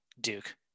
Duke